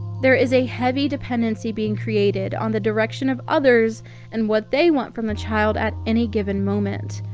there is a heavy dependency being created on the direction of others and what they want from the child at any given moment.